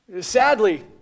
Sadly